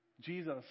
Jesus